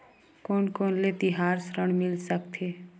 कोन कोन ले तिहार ऋण मिल सकथे?